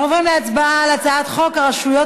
אנחנו עוברים להצבעה על הצעת חוק הרשויות